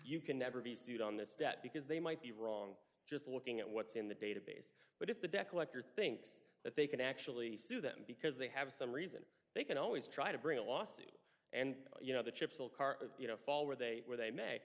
you can never be sued on this debt because they might be wrong just looking at what's in the database but if the debt collector thinks that they can actually sue them because they have some reason they can always try to bring a lawsuit and you know the chips will car you know fall where they where they may